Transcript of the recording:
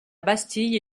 bastille